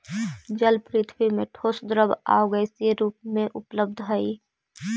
जल पृथ्वी में ठोस द्रव आउ गैसीय रूप में उपलब्ध हई